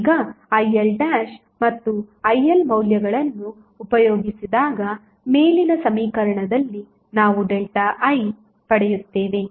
ಈಗ IL ಮತ್ತು IL ಮೌಲ್ಯಗಳನ್ನು ಉಪಯೋಗಿಸಿದಾಗ ಮೇಲಿನ ಸಮೀಕರಣದಲ್ಲಿ ನಾವು I ಪಡೆಯುತ್ತೇವೆ